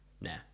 Nah